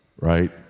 right